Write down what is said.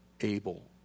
Abel